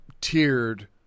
tiered